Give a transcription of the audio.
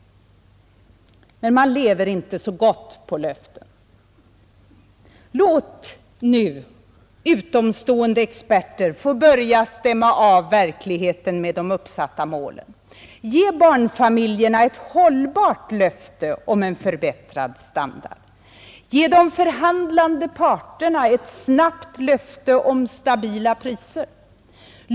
Men man lever inte så gott på löften. Låt nu utomstående experter få börja stämma av verkligheten mot de uppsatta målen! Ge barnfamiljerna ett hållbart löfte om en förbättrad standard! Ge de förhandlande parterna ett snabbt löfte om stabila priser!